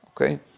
okay